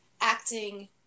acting